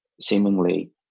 seemingly